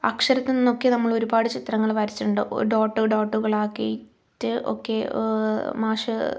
അക്ഷരത്തിൽ നിന്നൊക്കെ നമ്മളൊരുപാട് ചിത്രങ്ങൾ വരച്ചിട്ടുണ്ട് ഡോട്ട് ഡോട്ടുകളാക്കിയിട്ട് ഒക്കെ മാഷ്